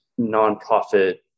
nonprofit